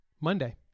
Monday